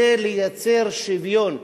כדי לייצר שוויון.